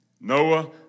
Noah